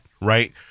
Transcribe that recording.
Right